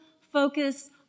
focus